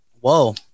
Whoa